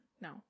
No